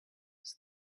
was